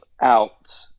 out